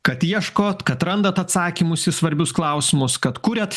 kad ieškot kad randat atsakymus į svarbius klausimus kad kuriat